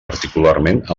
particularment